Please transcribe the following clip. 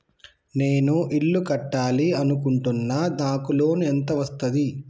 నేను ఇల్లు కట్టాలి అనుకుంటున్నా? నాకు లోన్ ఎంత వస్తది?